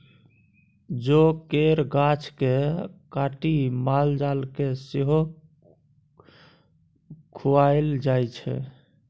जौ केर गाछ केँ काटि माल जाल केँ सेहो खुआएल जाइ छै